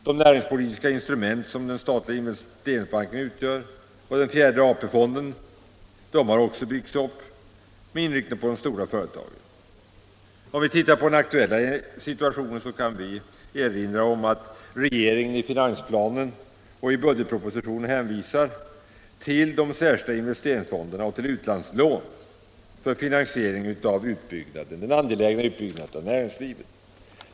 De näringspolitiska instrument som den statliga investeringsbanken och den fjärde AP-fonden utgör har också byggts upp med inriktning på de stora företagen. Om vi tittar på den aktuella situationen kan vi erinra om att regeringen i finansplanen och budgetpropositionen hänvisar till de särskilda investeringsfonderna och till utlandslån för finansiering av den angelägna utbyggnaden av näringslivet.